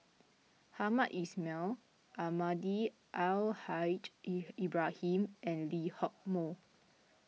Hamed Ismail Almahdi Al Haj Ibrahim and Lee Hock Moh